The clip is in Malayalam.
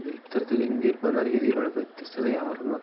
ഇത് ഇത്തരത്തിൽ ഇന്ത്യയിൽ പല രീതിയിലുള്ള വ്യത്യസ്ഥതയാർന്ന